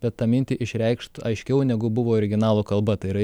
kad tą mintį išreikšt aiškiau negu buvo originalo kalba tai yra